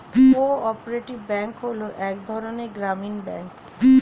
co operative bank হলো এক ধরনের গ্রামীণ ব্যাঙ্ক